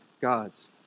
gods